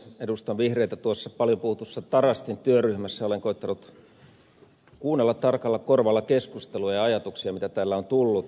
edustan vihreitä tuossa paljon puhutussa tarastin työryhmässä ja olen koettanut kuunnella tarkalla korvalla keskustelua ja ajatuksia mitä täällä on tullut